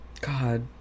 god